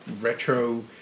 retro